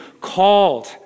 called